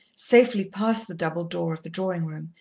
safely past the double door of the drawing-room,